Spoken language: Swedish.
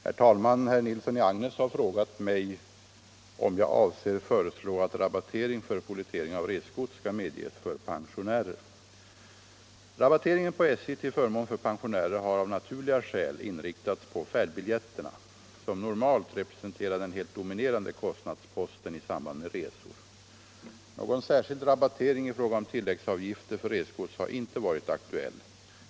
Herr talman! Herr Nilsson i Agnäs har frågat mig om jag avser föreslå att rabattering för pollettering av resgods skall medges för pensionärer. Rabatteringen på SJ till förmån för pensionärer har av naturliga skäl inriktats på färdbiljetterna, som normalt representerar den helt dominerande kostnadsposten i samband med resor. Någon särskild rabattering i fråga om tilläggsavgifter för resgods har inte varit aktuell.